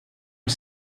are